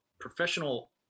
professional